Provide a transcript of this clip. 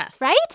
Right